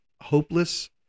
Hopeless